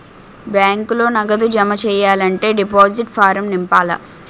బ్యాంకులో నగదు జమ సెయ్యాలంటే డిపాజిట్ ఫారం నింపాల